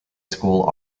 school